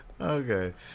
Okay